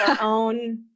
own